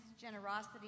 generosity